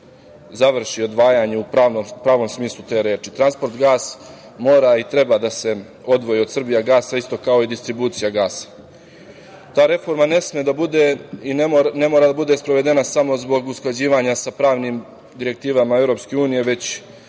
završi odvajanje u pravom smislu te reči. „Transportgas“ mora i treba da se odvoji od „Srbijagasa“ isto kao i distribucija gasa. Ta reforma ne sme da bude i ne mora da bude sprovedena samo zbog usklađivanja sa pravnim direktivama Evropske unije, jer